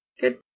Good